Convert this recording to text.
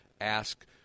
ask